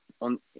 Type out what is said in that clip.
on